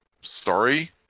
sorry